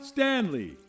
Stanley